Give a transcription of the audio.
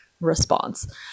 response